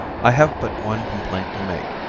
i have but one complaint to make,